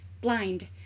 blind